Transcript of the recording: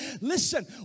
Listen